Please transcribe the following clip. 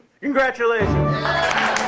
Congratulations